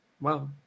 Wow